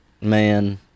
man